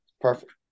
Perfect